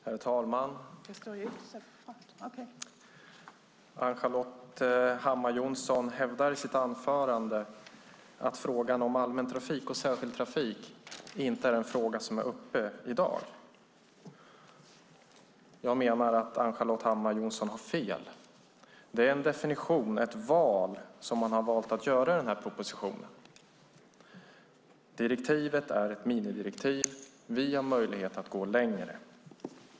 Herr talman! Ann-Charlotte Hammar Johnsson hävdar i sitt anförande att frågan om allmän trafik och särskild trafik inte behandlas i dag. Jag menar att hon har fel. Det är ett val av definition som man har gjort i denna proposition. Direktivet är ett minimidirektiv. Vi har möjlighet att gå längre.